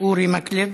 אורי מקלב,